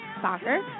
Soccer